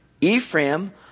Ephraim